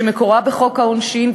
שמקורה בחוק העונשין,